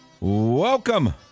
Welcome